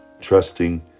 trusting